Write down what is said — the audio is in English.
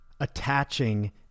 attaching